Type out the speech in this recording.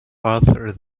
arthur